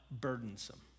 burdensome